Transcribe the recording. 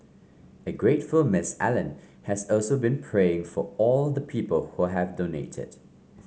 a grateful Miss Allen has also been praying for all the people who have donated